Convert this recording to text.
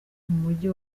mujyi